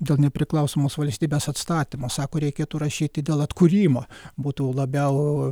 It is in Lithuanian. dėl nepriklausomos valstybės atstatymo sako reikėtų rašyti dėl atkūrimo būtų labiau